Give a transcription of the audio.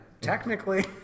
Technically